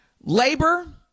labor